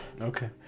Okay